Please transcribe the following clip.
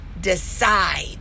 decide